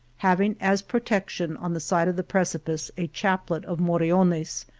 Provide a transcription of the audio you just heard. having as protection on the side of the precipice a chaplet of moriones,